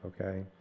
okay